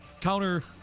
counter